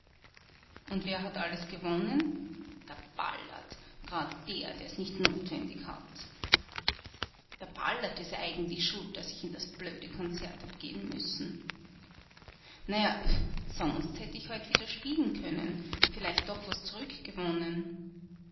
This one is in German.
und wer hat alles gewonnen der ballert grad der der's nicht notwendig hat der ballert ist eigentlich schuld daß ich in das blöde konzert hab geh'n müssen na ja sonst hätt ich heut wieder spielen können vielleicht doch was zurückgewonnen